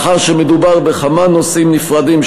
מאחר שמדובר בכמה נושאים נפרדים,